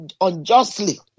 unjustly